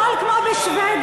הכול כמו בשבדיה.